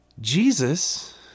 Jesus